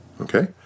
okay